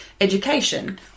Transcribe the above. education